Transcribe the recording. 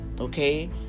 okay